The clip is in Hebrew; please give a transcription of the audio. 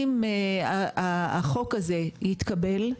אם החוק הזה יתקבל,